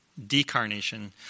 decarnation